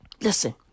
listen